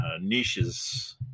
niches